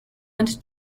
anti